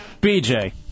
BJ